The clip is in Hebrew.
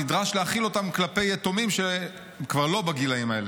נדרש להחיל אותם כלפי יתומים שהם כבר לא בגילים האלה.